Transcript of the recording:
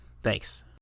Thanks